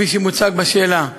כפי שמוצג בשאלה.